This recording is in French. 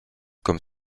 comme